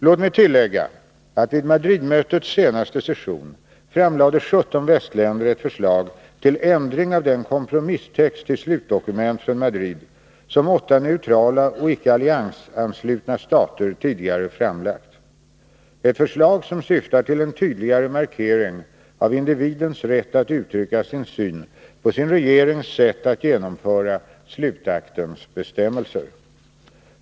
Låt mig tillägga att vid Madridmötets senaste session framlade 17 västländer ett förslag till ändring av den kompromisstext till slutdokument från Madrid som åtta neutrala och icke alliansanslutna stater tidigare framlagt, ett förslag som syftar till en tydligare markering av individens rätt att uttrycka sin syn på sin regerings sätt att genomföra slutaktens bestämmelser.